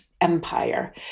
empire